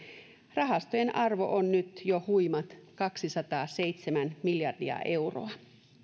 rahastojen arvo on nyt jo huimat kaksisataaseitsemän miljardia euroa